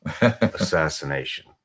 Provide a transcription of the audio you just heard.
assassination